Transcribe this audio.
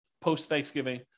post-Thanksgiving